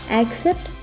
accept